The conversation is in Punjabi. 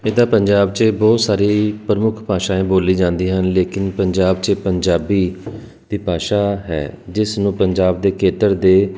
ਇਹ ਤਾਂ ਪੰਜਾਬ 'ਚ ਬਹੁਤ ਸਾਰੀ ਪ੍ਰਮੁੱਖ ਭਾਸ਼ਾਏਂ ਬੋਲੀ ਜਾਂਦੀਆਂ ਹਨ ਲੇਕਿਨ ਪੰਜਾਬ 'ਚ ਪੰਜਾਬੀ ਦੀ ਭਾਸ਼ਾ ਹੈ ਜਿਸ ਨੂੰ ਪੰਜਾਬ ਦੇ ਖੇਤਰ ਦੇ